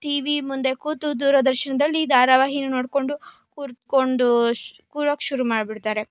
TV ಮುಂದೆ ಕೂತು ದೂರದರ್ಶನದಲ್ಲಿ ಧಾರಾವಾಹಿನ ನೋಡಿಕೊಂಡು ಕೂತ್ಕೊಂಡು ಶ ಕೂರಕೆ ಶುರು ಮಾಡಿಬಿಡ್ತಾರೆ